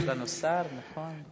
יש לנו שר, נכון.